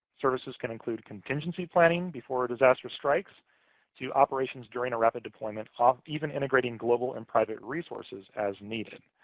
services can include contingency planning before a disaster strikes to operations during a rapid deployment, ah even integrating global and private resources as needed.